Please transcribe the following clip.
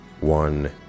one